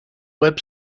web